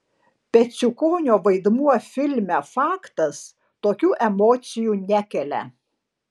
peciukonio vaidmuo filme faktas tokių emocijų nekelia